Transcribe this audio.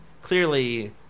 clearly